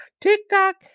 TikTok